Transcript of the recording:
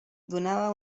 donava